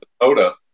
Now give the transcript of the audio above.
Minnesota